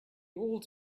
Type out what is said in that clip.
old